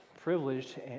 privileged